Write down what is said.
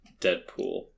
Deadpool